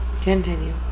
Continue